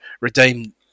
redeem